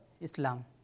Islam